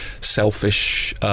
selfish